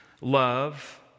love